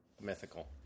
Mythical